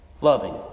loving